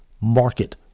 market